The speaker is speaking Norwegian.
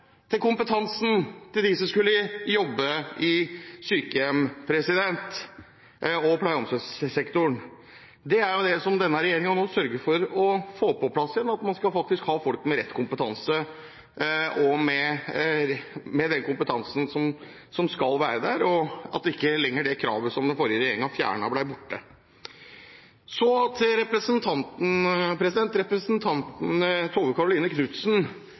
til kompetanse til dem som skulle jobbe på sykehjem og i pleie- og omsorgssektoren. Det er det denne regjeringen nå sørger for å få på plass igjen, at man faktisk skal ha folk med rett kompetanse og med den kompetansen som skal være der, og at det kravet som den forrige regjeringen fjernet, ikke lenger er borte. Så til representanten Tove Karoline Knutsen: